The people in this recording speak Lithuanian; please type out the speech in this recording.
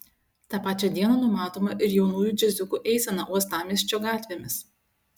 tą pačią dieną numatoma ir jaunųjų džiaziukų eisena uostamiesčio gatvėmis